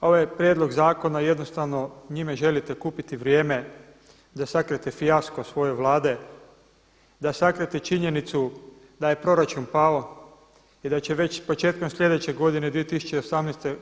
Ovaj prijedlog zakona jednostavno njime želite kupiti vrijeme da sakrijete fijasko svoje Vlade, da sakrijete činjenicu da je proračun pao i da će već početkom sljedeće godine 2018.